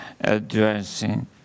addressing